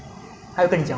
ppo 糟